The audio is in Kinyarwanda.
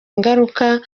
ingaruka